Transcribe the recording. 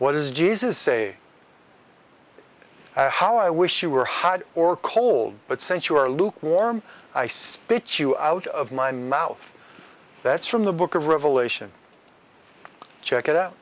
what does jesus say how i wish you were had or cold but since you are lukewarm i spit you out of my mouth that's from the book of revelation check it out